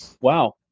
Wow